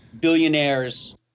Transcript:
billionaires